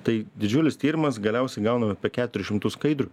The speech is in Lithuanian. tai didžiulis tyrimas galiausiai gauname keturis šimtus skaidrų